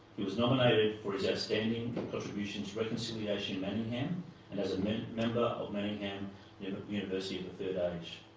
he was nominated for his outstanding contribution to reconciliation manningham and as a member member of the manningham you know university of the third age.